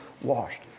washed